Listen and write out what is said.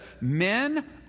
men